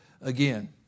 again